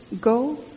go